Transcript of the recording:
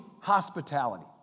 hospitality